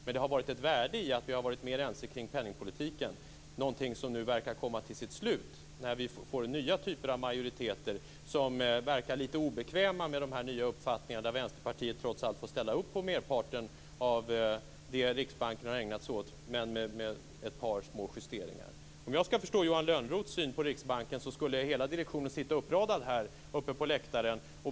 Men det har varit ett värde i att vi har varit mer ense kring penningpolitiken, någonting som verkar komma till sitt slut när vi nu får nya typer av majoriteter som verkar lite obekväma med de nya uppfattningarna. Vänsterpartiet får trots allt ställa upp på merparten av det Riksbanken har ägnat sig åt, med ett par små justeringar. Jag förstår att Johan Lönnroth vill se Riksbankens hela direktion sitta uppradad uppe på läktaren.